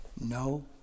No